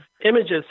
images